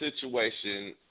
situation